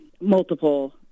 multiple